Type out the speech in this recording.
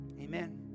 Amen